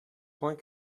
points